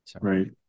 right